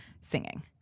singing